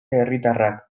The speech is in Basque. herritarrak